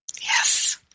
Yes